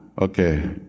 okay